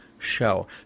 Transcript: show